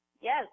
Yes